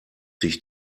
sich